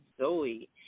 Zoe